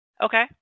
Okay